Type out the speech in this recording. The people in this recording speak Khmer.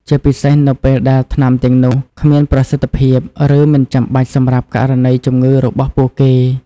ជាពិសេសនៅពេលដែលថ្នាំទាំងនោះគ្មានប្រសិទ្ធភាព ឬមិនចាំបាច់សម្រាប់ករណីជំងឺរបស់ពួកគេ។